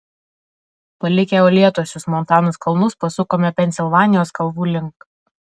palikę uolėtuosius montanos kalnus pasukome pensilvanijos kalvų link